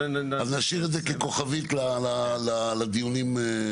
נשאיר את זה ככוכבית לדיונים הבאים.